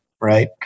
right